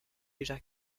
déjà